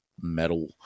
metal